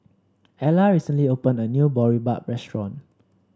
Ela recently opened a new Boribap restaurant